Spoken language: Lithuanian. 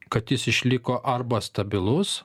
kad jis išliko arba stabilus